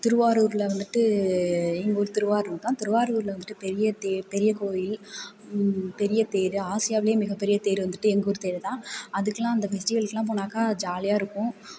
திருவாரூரில் வந்துட்டு எங்கள் ஊர் திருவாரூர் தான் திருவாரூரில் வந்துட்டு பெரிய தேர் பெரிய கோவில் பெரிய தேர் ஆசியாவிலேயே மிக பெரிய தேர் வந்துட்டு எங்கள் ஊர் தேர் தான் அதுக்கெலாம் அந்த ஃபெஸ்டிவெலுக்கெலாம் போனாக்கால் ஜாலியாக இருக்கும்